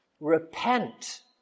repent